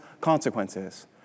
consequences